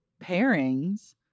Pairings